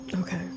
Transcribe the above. Okay